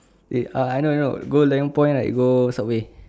wait uh I know I know go loyang point right go subway